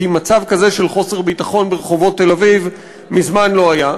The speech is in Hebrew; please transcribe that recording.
כי מצב כזה של חוסר ביטחון ברחובות תל-אביב מזמן לא היה,